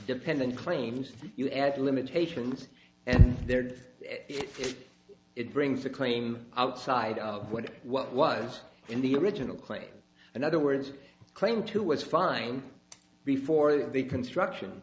dependent claims you add limitations and their death if it brings the claim outside of what what was in the original claim in other words claim to was fine before the construction